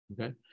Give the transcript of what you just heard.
Okay